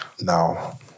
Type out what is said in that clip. now